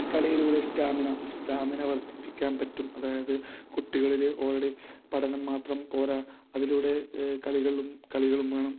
കളിയിലൂടെ stamina stamina വർദ്ധിപ്പിക്കാൻ പറ്റും അതായത് കുട്ടികളിൽ ഓൾറെഡി പഠനം മാത്രം പോരാ അതിലൂടെ കളികളും കളികളും വേണം